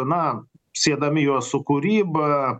na siedami juos su kūryba